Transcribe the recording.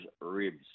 ribs